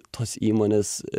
tos įmonės